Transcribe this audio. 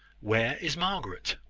where is margaret?